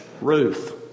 Ruth